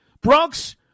Bronx